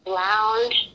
lounge